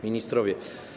Ministrowie!